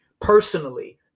personally